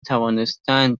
توانستند